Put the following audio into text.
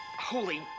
Holy